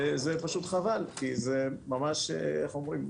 וזה פשוט חבל, כי זה ממש, איך אומרים?